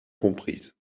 comprise